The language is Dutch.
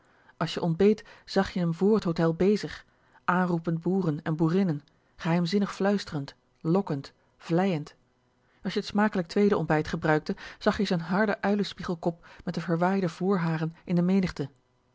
als je ontbeet zag je m vr t hotel bezig aanroepend boeren en boerinnen geheimzinnig fluistrend lokkend vleiend als je t smakelijk tweede ontbijt gebruikte zag je z'n harden uilenspiegel kop met de verwaaide vrharen in de menigte